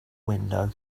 window